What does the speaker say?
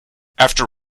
after